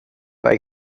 bei